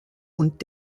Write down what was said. und